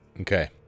okay